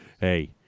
Hey